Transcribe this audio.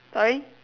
sorry